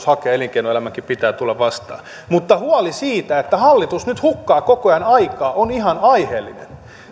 hakee ja elinkeinoelämänkin pitää tulla vastaan mutta huoli siitä että hallitus nyt hukkaa koko ajan aikaa on ihan aiheellinen